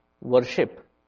worship